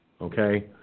okay